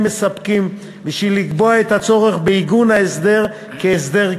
מספקים בשביל לקבוע את הצורך בעיגון ההסדר כהסדר קבע.